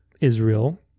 Israel